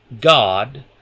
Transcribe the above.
God